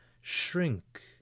shrink